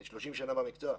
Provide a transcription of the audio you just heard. אני 30 שנים במקצוע,